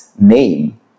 name